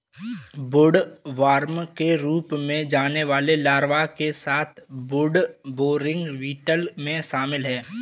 woodworm के रूप में जाने वाले लार्वा के साथ वुडबोरिंग बीटल में शामिल हैं